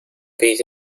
beat